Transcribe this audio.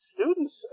students